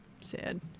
Sad